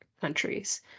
countries